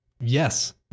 Yes